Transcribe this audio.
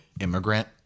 immigrant